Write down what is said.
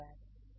धन्यवाद